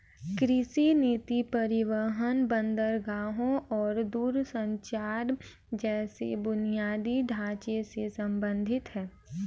कृषि नीति परिवहन, बंदरगाहों और दूरसंचार जैसे बुनियादी ढांचे से संबंधित है